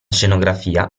scenografia